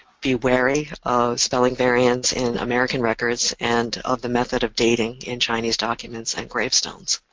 be wary of spelling variants in american records and of the method of dating in chinese documents and gravestones.